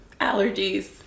Allergies